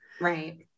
Right